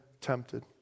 tempted